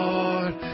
Lord